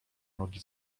nogi